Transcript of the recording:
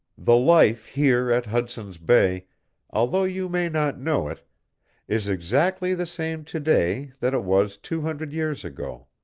the life here at hudson's bay although you may not know it is exactly the same to-day that it was two hundred years ago.